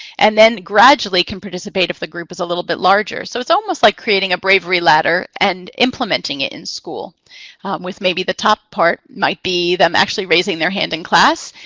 and then gradually can participate if the group is a little bit larger. so it's almost like creating a bravery ladder and implementing it in school with maybe the top part might be them actually raising their hand in class,